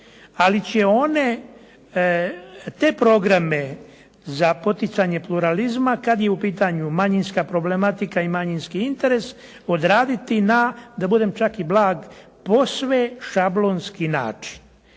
ali će one te programe za poticanje pluralizma kad je u pitanju manjinska problematika i manjinski interes odraditi na, da budem čak i blag, posve šablonski način